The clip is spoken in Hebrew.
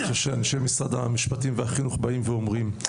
ואני חושב שאנשי משרד המשפטים והחינוך באים ואומרים,